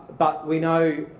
but we know